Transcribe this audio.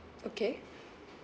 okay